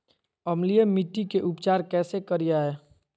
अम्लीय मिट्टी के उपचार कैसे करियाय?